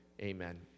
amen